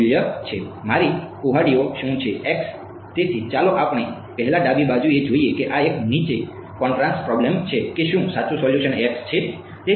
x તેથી ચાલો આપણે પહેલા ડાબી બાજુએ જોઈએ કે આ એક નીચી કોન્ટ્રાસ્ટ પ્રોબેલ્મ છે કે શું સાચું સોલ્યુશન X છે